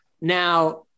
Now